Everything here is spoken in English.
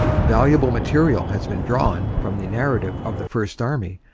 valuable material has been drawn from the narrative of the first army,